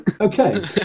Okay